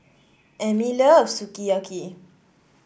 Emmie loves Sukiyaki